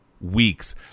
Weeks